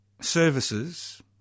services